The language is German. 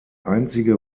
einzige